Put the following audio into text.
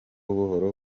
buhoro